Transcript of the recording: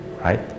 right